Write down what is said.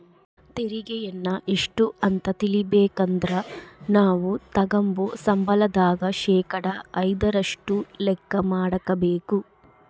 ತೆರಿಗೆಯನ್ನ ಎಷ್ಟು ಅಂತ ತಿಳಿಬೇಕಂದ್ರ ನಾವು ತಗಂಬೋ ಸಂಬಳದಾಗ ಶೇಕಡಾ ಐದರಷ್ಟು ಲೆಕ್ಕ ಮಾಡಕಬೇಕು